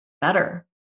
better